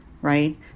right